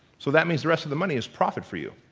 so that means, the rest of the money is profit for you.